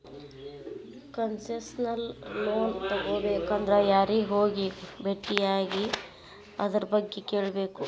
Concessional loan ತಗೊಬೇಕಂದ್ರ ಯಾರಿಗೆ ಹೋಗಿ ಬೆಟ್ಟಿಯಾಗಿ ಅದರ್ಬಗ್ಗೆ ಕೇಳ್ಬೇಕು?